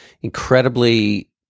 Incredibly